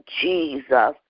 Jesus